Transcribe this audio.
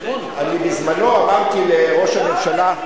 להיות מתחת לגיל 38. אני בזמנו אמרתי לראש הממשלה,